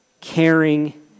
caring